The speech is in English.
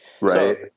Right